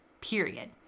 period